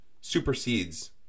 supersedes